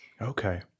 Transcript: Okay